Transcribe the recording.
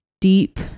deep